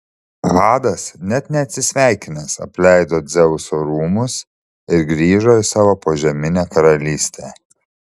hadas net neatsisveikinęs apleido dzeuso rūmus ir grįžo į savo požeminę karalystę